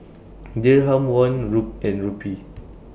Dirham Won and Rupee